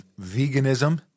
veganism